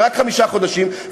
ורק חמישה חודשים.